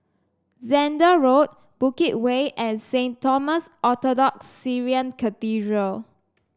Zehnder Road Bukit Way and Saint Thomas Orthodox Syrian Cathedral